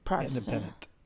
Independent